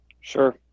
Sure